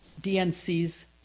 dnc's